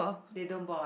they don't boil